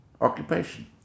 occupation